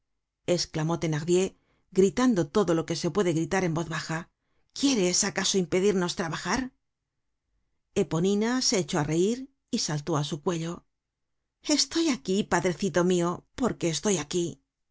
estás loca esclamó thenardier gritando todo lo que se puede gritar en voz baja quieres acaso impedirnos trabajar eponina se echó á reir y saltó á su cuello estoy aquí padrecito mio porque estoy aquí